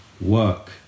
Work